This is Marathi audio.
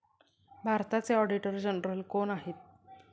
भारताचे ऑडिटर जनरल कोण आहेत?